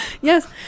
Yes